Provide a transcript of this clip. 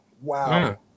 Wow